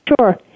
sure